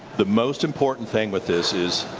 the most important thing with this is